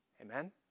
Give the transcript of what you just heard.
Amen